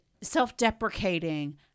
self-deprecating